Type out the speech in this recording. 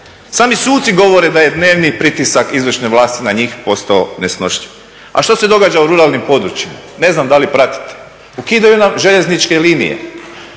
Sami suci govore da je dnevni pritisak izvršne vlasti na njih postao nesnošljiv. A što se događa u ruralnim područjima? Ne znam da li pratite. Ukidaju nam željezničke linije,